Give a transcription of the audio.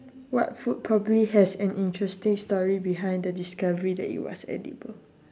what food probably has an interesting story behind the discovery that it was edible